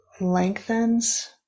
lengthens